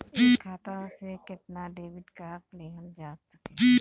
एक खाता से केतना डेबिट कार्ड लेहल जा सकेला?